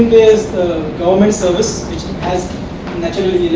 is the government's service which has naturally,